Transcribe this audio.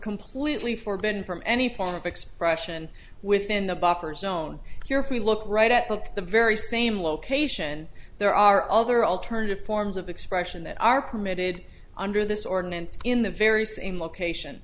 completely forbidden from any form of expression within the buffer zone you're free look right at book the very same location there are other alternative forms of expression that are permitted under this ordinance in the very same location